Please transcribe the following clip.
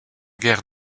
guère